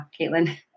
Caitlin